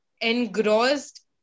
engrossed